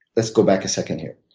let's go back a second, here.